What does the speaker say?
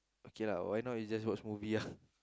okay lah why not we just watch movie ah